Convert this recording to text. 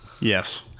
Yes